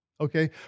Okay